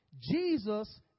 Jesus